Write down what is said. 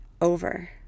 over